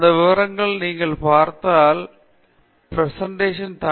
அந்த விவரங்களை நீங்கள் பார்த்தால் உங்கள் வழங்கள் தானாகவே நல்லது நன்றாக இருக்கும்